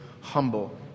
humble